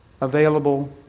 available